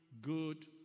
good